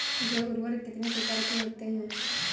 जैव उर्वरक कितनी प्रकार के होते हैं?